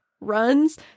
runs